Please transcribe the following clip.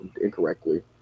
incorrectly